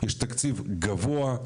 יש תקציב גבוה,